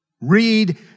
read